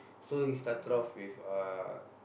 so he started off with uh